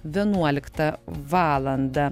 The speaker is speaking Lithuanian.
vienuoliktą valandą